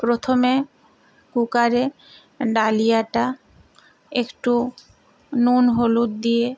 প্রথমে কুকারে ডালিয়াটা একটু নুন হলুদ দিয়ে